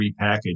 repackage